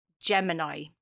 Gemini